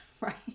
Right